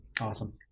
Awesome